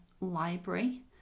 library